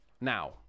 Now